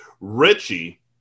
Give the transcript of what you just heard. Richie